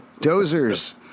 Dozers